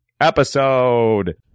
episode